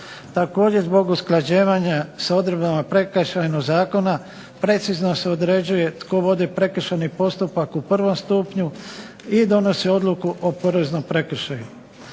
Također zbog usklađivanja sa odredbama Prekršajnog zakona precizno se određuje tko vodi prekršajni postupak u prvom stupnju i donosi odluku o poreznom prekršaju.